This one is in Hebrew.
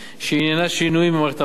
שעניינה שינויים במערכת המס,